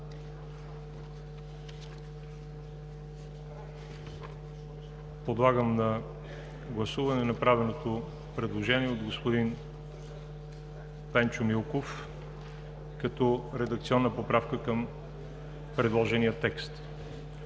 Подлагам на гласуване направеното предложение от господин Пенчо Милков като редакционна поправка към предложения текст.